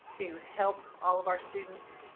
to help all of our students